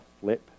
flip